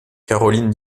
caroline